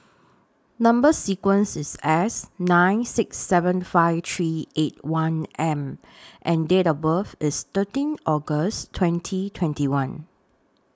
Number sequence IS S nine six seven five three eight one M and Date of birth IS thirteen August twenty twenty one